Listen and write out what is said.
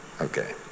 Okay